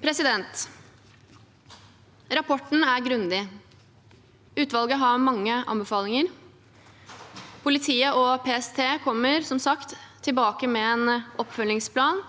framover. Rapporten er grundig. Utvalget har mange anbefalinger. Politiet og PST kommer, som sagt, tilbake med en oppfølgingsplan